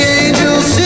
angels